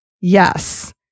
Yes